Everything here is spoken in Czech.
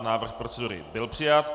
Návrh procedury byl přijat.